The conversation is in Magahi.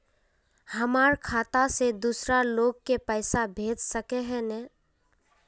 हमर खाता से दूसरा लोग के पैसा भेज सके है ने?